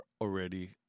already